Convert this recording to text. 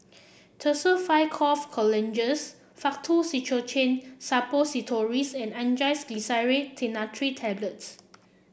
Tussils five Cough Colozenges Faktu Cinchocaine Suppositories and Angised Glyceryl Trinitrate Tablets